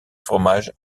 fromage